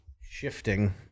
shifting